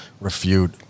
refute